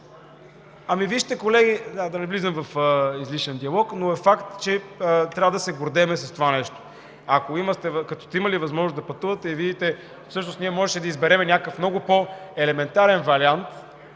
Вижте, колеги, да не влизам в излишен диалог, но е факт, че трябва да се гордеем с това нещо, като сте имали възможност да пътувате и да видите. Всъщност ние можехме да изберем някакъв много по-елементарен вариант